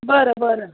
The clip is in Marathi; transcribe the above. बरं बरं